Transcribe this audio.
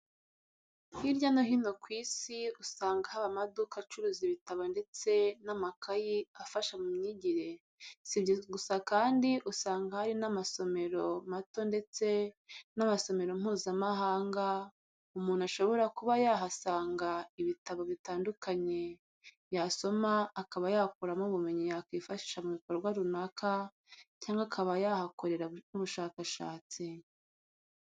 Hirya no hino ku isi usanga haba amaduka acuruza ibitabo ndetse n'amakayi afasha mu myijyire sibyo gusa kandi usanga hari n'amasomero mato ndetse n'amasomero mpuzamahanga, umuntu ashobora kuba yahasanga ibitabo bitandukanye yasoma akaba yakuramo ubumenyi yakifashisha mu bikorwa runaka cyangwa akaba yahakorera n'ubushakashatsi.